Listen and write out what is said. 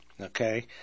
okay